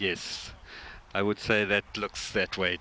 yes i would say that looks that way